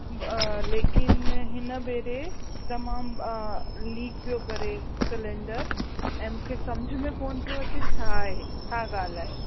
लेकिन हिन भेरे तमामु लीक पियो करे सलेंडर ऐं मूंखे सम्झ में कोन पियो अचे छाहे छा ॻाल्हि आहे